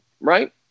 right